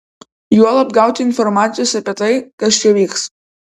juolab gauti informacijos apie tai kas čia vyks